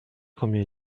combien